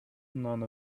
none